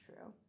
true